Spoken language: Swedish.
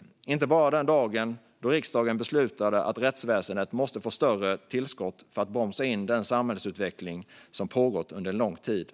Det var inte bara dagen då riksdagen beslutade att rättsväsendet måste få större tillskott för att bromsa in den samhällsutveckling som pågått under lång tid.